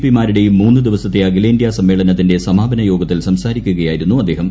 P മാരുടെയും മൂന്ന് ദിവസത്തെ അഖിലേന്ത്യാ സമ്മേളനത്തിന്റെ സമാപന യോഗത്തിൽ സംസാരിക്കുകയായിരുന്നു അദ്ദേഹം